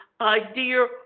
idea